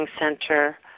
Center